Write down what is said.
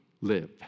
live